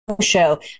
Show